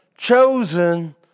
Chosen